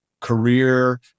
career